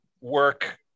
work